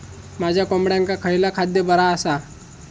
माझ्या कोंबड्यांका खयला खाद्य बरा आसा?